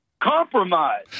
Compromise